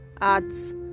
arts